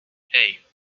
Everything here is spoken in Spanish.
hey